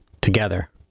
together